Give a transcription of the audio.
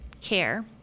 care